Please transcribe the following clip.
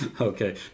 Okay